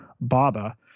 Baba